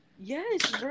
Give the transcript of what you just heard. Yes